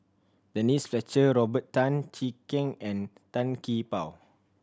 Denise Fletcher Robert Tan Jee Keng and Tan Gee Paw